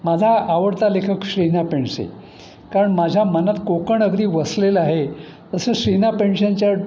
माझा आवडता लेखक श्री ना पेंडसे कारण माझ्या मनात कोकण अगदी वसलेलं आहे तसं श्री ना पेंडशांच्या